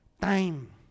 time